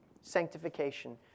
sanctification